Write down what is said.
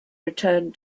returned